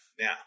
Now